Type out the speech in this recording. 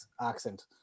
accent